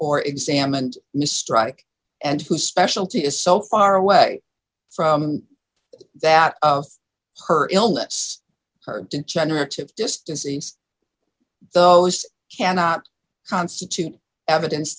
or examined new strike and whose specialty is so far away from that her illness her degenerative disc disease those cannot constitute evidence